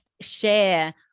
share